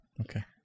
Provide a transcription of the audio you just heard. okay